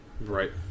Right